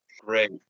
great